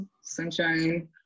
sunshine